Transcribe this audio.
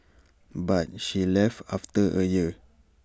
but she left after A year